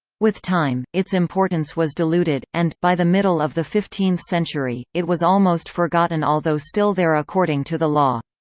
with time, its importance was diluted, and, by the middle of the fifteenth century, it was almost forgotten although still there according to the law.